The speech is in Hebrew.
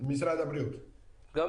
משרד החקלאות.